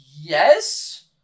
yes